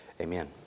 Amen